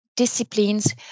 disciplines